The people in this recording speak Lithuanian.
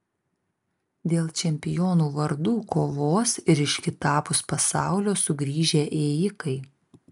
dėl čempionų vardų kovos ir iš kitapus pasaulio sugrįžę ėjikai